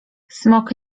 smok